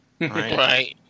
Right